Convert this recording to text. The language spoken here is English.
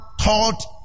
taught